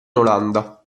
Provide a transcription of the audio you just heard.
olanda